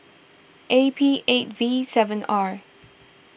A P eight V seven R